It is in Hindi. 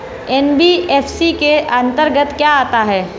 एन.बी.एफ.सी के अंतर्गत क्या आता है?